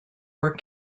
were